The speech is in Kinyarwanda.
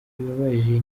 bibabaje